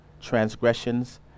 Transgressions